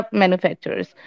manufacturers।